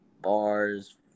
bars